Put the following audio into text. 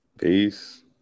Peace